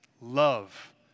love